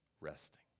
resting